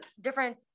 different